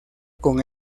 con